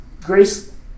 Grace